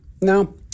no